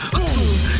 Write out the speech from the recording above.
Assume